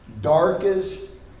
darkest